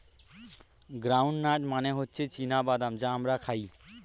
ground nut মানে হচ্ছে চীনা বাদাম যা আমরা খাই